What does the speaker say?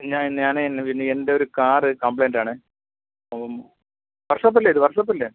പിന്നെ ഞാനെ ഇന്ന് പിന്നെ എന്റെ ഒരു കാറ് കംപ്ലയിൻറ്റ് ആണേ അപ്പം വര്ഷോപ്പ് അല്ലേ ഇത് വര്ഷോപ്പ് അല്ലേ